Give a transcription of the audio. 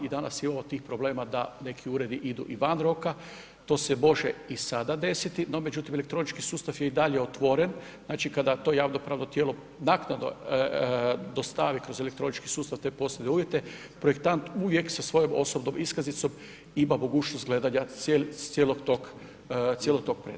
I danas imamo tih problema da neki uredi idu i van roka, to se može i sada desiti, no međutim elektronički sustav je i dalje otvoren, znači kada to javno pravno tijelo naknadno dostavi kroz elektronički sustav te posebne uvjete projektant uvijek sa svojom osobnom iskaznicom ima mogućnost gledanja cijelog tog predmeta.